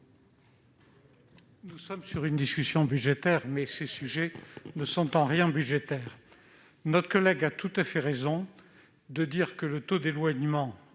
nous avons est un débat budgétaire, mais ces sujets ne sont en rien budgétaires. Notre collègue a tout à fait raison de dire que le taux d'éloignement